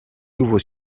nouveau